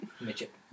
Midget